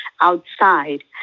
outside